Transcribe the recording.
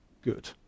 good